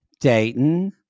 Dayton